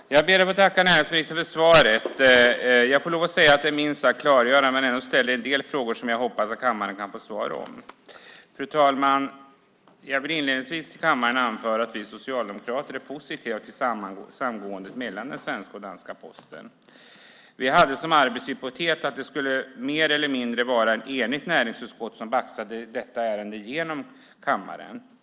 Fru talman! Jag ber att få tacka näringsministern för svaret. Jag får lov att säga att det är minst sagt klargörande men vill även ställa en del frågor som jag hoppas att kammaren kan få svar på. Fru talman! Jag vill inledningsvis för kammaren anföra att vi socialdemokrater är positiva till samgåendet mellan den svenska och den danska Posten. Vi hade som arbetshypotes att det mer eller mindre skulle vara ett enigt näringsutskott som baxade detta ärende igenom kammaren.